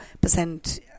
percent